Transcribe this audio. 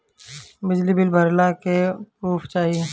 बिजली बिल भरे ला का पुर्फ चाही?